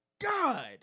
God